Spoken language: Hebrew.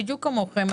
בדיוק כמוכם,